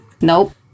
Nope